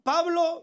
Pablo